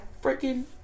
freaking